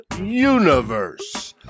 Universe